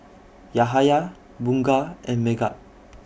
Yahaya Bunga and Megat